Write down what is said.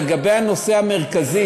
לגבי הנושא המרכזי,